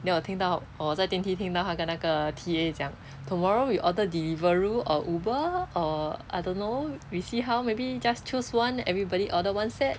then 我听到我在电梯听到他跟那个 T_A 讲 tomorrow we order deliveroo or uber or I don't know we see how maybe just choose one everybody order one set